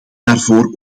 daarvoor